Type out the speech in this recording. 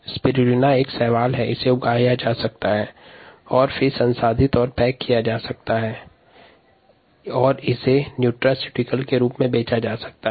spirulina एक शैवाल है जिसे संवर्धित कर प्रसंस्करण और पैकेजिंग के बाद न्यूट्रास्यूटिकल्स के रूप में बेचा जाता है